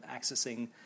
accessing